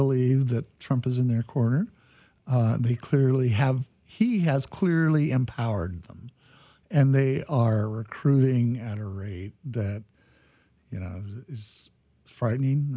believe that trump is in their corner they clearly have he has clearly empowered them and they are recruiting at a rate that you know it's frightening